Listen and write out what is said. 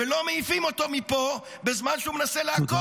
ולא מעיפים אותו מפה בזמן שהוא מנסה להכות.